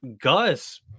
Gus